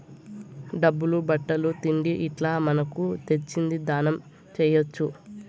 డబ్బులు బట్టలు తిండి ఇట్లా మనకు తోచింది దానం చేయొచ్చు